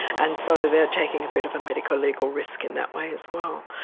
and so they are taking a bit of a medico-legal risk in that way as well.